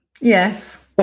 Yes